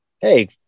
hey